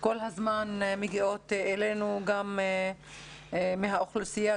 כל הזמן מגיעות אלינו פניות מהאוכלוסייה,